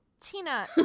Tina